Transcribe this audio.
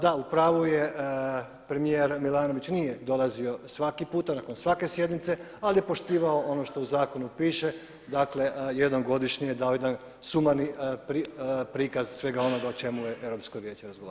Da u pravu je, premijer Milanović nije dolazio svaki puta, nakon svake sjednice ali je poštivao ono što u zakonu piše, dakle jednom godišnje je dao jedan sumani prikaz svega onoga o čemu je Europsko vijeće razgovaralo.